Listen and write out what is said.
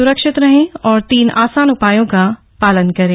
स्रक्षित रहें और तीन आसान उपायों का पालन करें